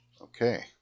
Okay